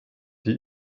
die